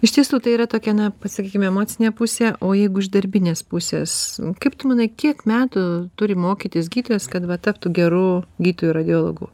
iš tiesų tai yra tokia na vat sakykime emocinė pusė o jeigu iš darbinės pusės kaip tu manai kiek metų turi mokytis gydytojas kad va taptų geru gydytoju radiologu